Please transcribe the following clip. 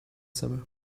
summer